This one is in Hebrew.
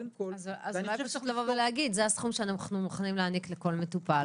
אז אולי לבוא ולהגיד "זה הסכום שאנחנו מוכנים להעניק לכל מטופל",